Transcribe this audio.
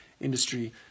industry